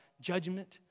judgment